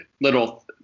little